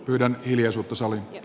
pyydän hiljaisuutta saliin